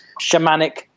shamanic